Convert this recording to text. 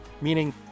meaning